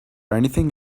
anything